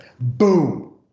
boom